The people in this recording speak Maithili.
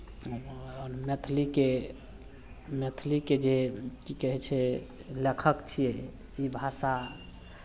आओर मैथिलीके मैथिलीके जे की कहै छै लेखक छियै ई भाषा